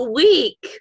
week